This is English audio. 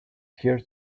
here